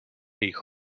ich